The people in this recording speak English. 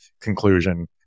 conclusion